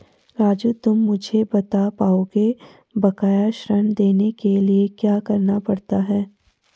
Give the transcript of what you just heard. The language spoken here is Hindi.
राजू तुम मुझे बता पाओगे बकाया ऋण देखने के लिए क्या करना पड़ता है?